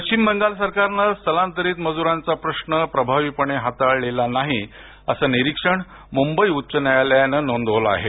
पश्चिम बंगाल सरकारने स्थलांतरित मजुरांचा प्रश्न प्रभावीपणे हाताळली नाही अस निरीक्षण मुंबई उच्च न्यायालयन नोंदवलं आहे